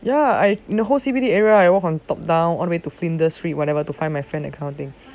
ya I the whole C_B_D area ah I walk from top down all the way to finder street whatever to find my friend that kind of thing